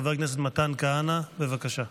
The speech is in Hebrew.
חבר הכנסת מתן כהנא, בבקשה.